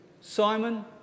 Simon